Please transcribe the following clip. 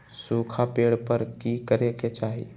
सूखा पड़े पर की करे के चाहि